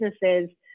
businesses